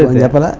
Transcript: and episode?